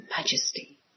majesty